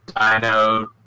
dino